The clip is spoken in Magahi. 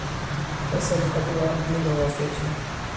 फसल कटवार दिन व स छ